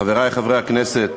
אדוני היושב-ראש, חברי חברי הכנסת,